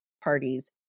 parties